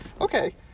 okay